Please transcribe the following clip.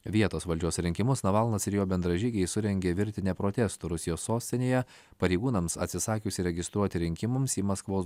vietos valdžios rinkimus navalnas ir jo bendražygiai surengė virtinę protestų rusijos sostinėje pareigūnams atsisakius įregistruoti rinkimams į maskvos